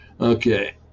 Okay